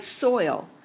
soil